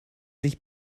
sich